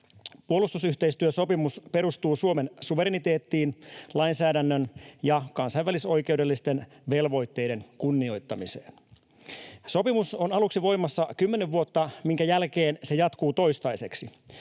Puolustusyhteistyösopimus perustuu Suomen suvereniteettiin, lainsäädännön ja kansainvälisoikeudellisten velvoitteiden kunnioittamiseen. Sopimus on aluksi voimassa kymmenen vuotta, minkä jälkeen se jatkuu toistaiseksi.